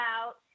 out